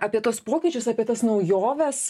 apie tuos pokyčius apie tas naujoves